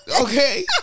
Okay